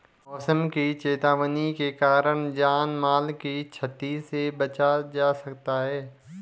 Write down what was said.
मौसम की चेतावनी के कारण जान माल की छती से बचा जा सकता है